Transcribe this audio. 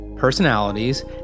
personalities